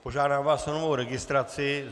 Požádám vás o novou registraci.